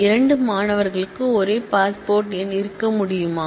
இரண்டு மாணவர்களுக்கு ஒரே பாஸ்போர்ட் எண் இருக்க முடியுமா